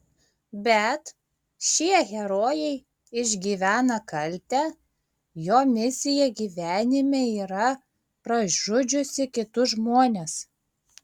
bet šie herojai išgyvena kaltę jo misija gyvenime yra pražudžiusi kitus žmones